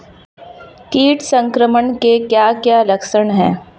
कीट संक्रमण के क्या क्या लक्षण हैं?